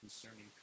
concerning